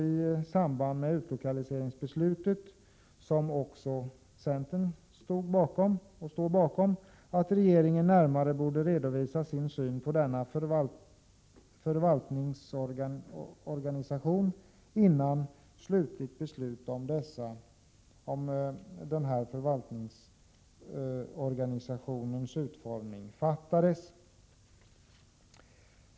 I samband med utlokaliseringsbeslutet, vilket även centern stod bakom, förutsattes det också att regeringen närmare skulle redovisa sin syn på denna förvaltningsorganisation innan slutligt beslut om utformningen av den fattades.